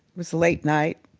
was late night,